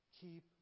Keep